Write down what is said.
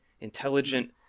intelligent